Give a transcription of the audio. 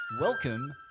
Welcome